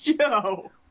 Joe